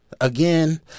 again